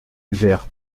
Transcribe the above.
vers